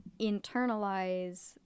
internalize